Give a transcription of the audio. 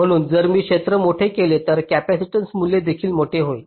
म्हणून जर मी क्षेत्र मोठे केले तर हे कॅपेसिटन्स मूल्य देखील मोठे होईल